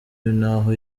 naho